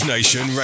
Nation